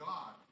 God